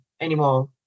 anymore